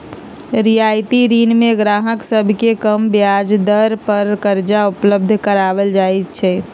रियायती ऋण में गाहक सभके कम ब्याज दर पर करजा उपलब्ध कराएल जाइ छै